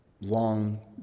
long